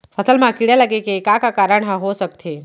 फसल म कीड़ा लगे के का का कारण ह हो सकथे?